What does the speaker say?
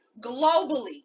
globally